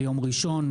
ליום ראשון.